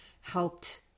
helped